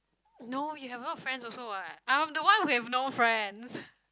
no you have a lot of friends also what I'm the one who have no friends